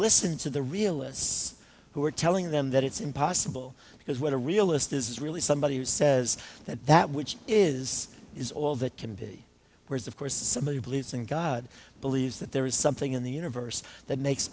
listened to the realists who were telling them that it's impossible because what a realist is really somebody who says that that which is is all that can be whereas of course somebody believes in god believes that there is something in the universe that makes